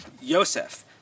Yosef